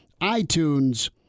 iTunes